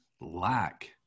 lack